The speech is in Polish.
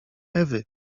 ewy